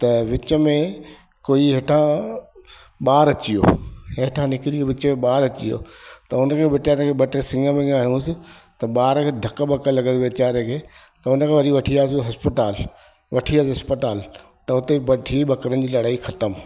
त विच में कोई हेठा ॿार अची वियो हेठा निकिरी विच में ॿार अची वियो त उन बि वीचारे खे ॿ टे सिंघ विंघ हयुसि त ॿार खे धक वक लॻे वीचारे खे त उनखे वरी वठी वियासीं हॉस्पिताल वठी वियासीं हस्पताल त हुते बठी बकरनि जी लड़ाई ख़तमु